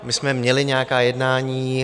My jsme měli nějaká jednání.